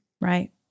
right